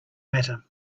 matter